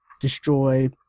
destroy